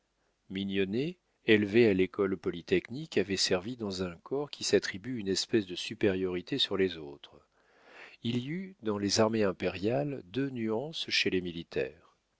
mignonnet élevé à l'école polytechnique avait servi dans un corps qui s'attribue une espèce de supériorité sur les autres il y eut dans les armées impériales deux nuances chez les militaires